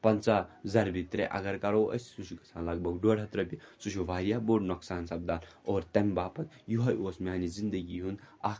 پنٛژاہ زَربہِ ترٛےٚ اگر کَرو أسۍ سُہ چھِ گژھان لگ بگ ڈۄڑ ہَتھ رۄپیہِ سُہ چھُ واریاہ بوٚڑ نۄقصان سَپدان اور تَمہِ باپَتھ یِہوٚے اوس میٛانہِ زِندگی ہُنٛد اَکھ